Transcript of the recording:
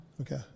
Okay